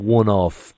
one-off